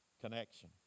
Connection